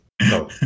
no